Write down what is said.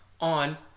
on